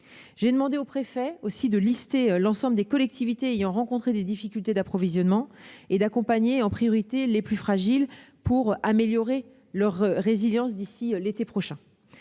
aussi demandé aux préfets d'établir la liste de l'ensemble des collectivités ayant rencontré des difficultés d'approvisionnement et d'accompagner en priorité les plus fragiles pour améliorer leur résilience d'ici à l'été prochain.